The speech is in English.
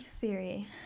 theory